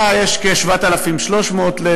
לכמה הגענו עד